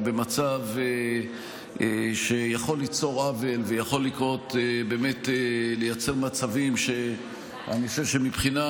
במצב שיכול ליצור עוול ויכול באמת לייצר מצבים שאני חושב שמבחינה